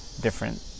Different